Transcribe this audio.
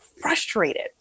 frustrated